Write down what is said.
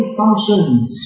functions